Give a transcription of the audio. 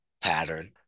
pattern